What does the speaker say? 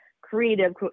creative